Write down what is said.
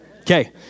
Okay